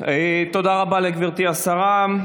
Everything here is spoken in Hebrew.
תודה רבה לגברתי השרה.